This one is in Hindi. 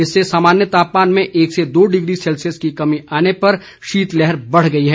इससे सामान्य तापमान में एक से दो डिग्री सेल्सियस की कमी आने पर शीतलहर बढ़ गई है